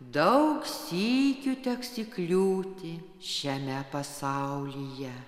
daug sykių teks įkliūti šiame pasaulyje